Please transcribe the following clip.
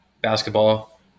Basketball